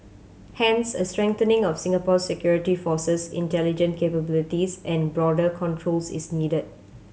hence a strengthening of Singapore security forces intelligence capabilities and border controls is needed